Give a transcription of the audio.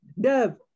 Dev